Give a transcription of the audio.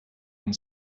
and